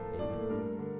Amen